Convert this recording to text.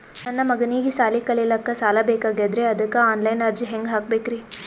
ನನ್ನ ಮಗನಿಗಿ ಸಾಲಿ ಕಲಿಲಕ್ಕ ಸಾಲ ಬೇಕಾಗ್ಯದ್ರಿ ಅದಕ್ಕ ಆನ್ ಲೈನ್ ಅರ್ಜಿ ಹೆಂಗ ಹಾಕಬೇಕ್ರಿ?